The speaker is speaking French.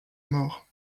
mort